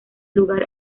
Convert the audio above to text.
lugar